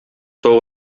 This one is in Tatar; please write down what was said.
сау